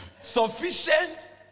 Sufficient